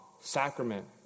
sacrament